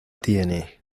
tiene